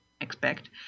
expect